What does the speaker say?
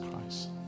Christ